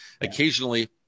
Occasionally